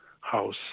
House